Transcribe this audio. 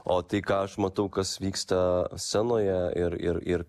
o tai ką aš matau kas vyksta scenoje ir ir ir